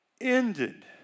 ended